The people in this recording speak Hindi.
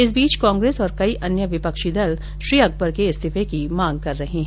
इस बीच कांग्रेस और कई अन्य विपक्षी दल श्री अकबर के इस्तीफे की मांग कर रहे हैं